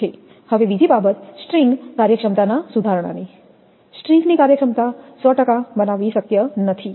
હવે બીજી બાબત સ્ટ્રિંગ કાર્યક્ષમતાના સુધારણાની સ્ટ્રિંગની કાર્યક્ષમતા 100 બનાવવી શક્ય નથી